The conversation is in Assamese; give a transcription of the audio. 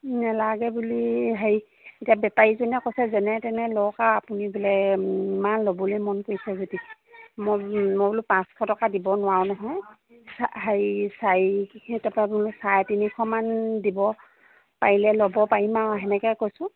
নেলাগে বুলি হেৰি এতিয়া বেপাৰীজনে কৈছে যেনে তেনে লওক আৰু আপুনি বোলে ইমান ল'বলৈ মন কৰিছে যদি মই মই বোলো পাঁচশ টকা দিব নোৱাৰো নহয় হেৰি চাৰি তাৰপৰা বোলো চাৰে তিনিশমান দিব পাৰিলে ল'ব পাৰিম আৰু তেনেকৈ কৈছোঁ